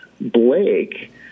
Blake